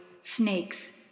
snakes